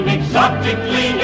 Exotically